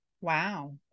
Wow